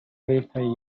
verify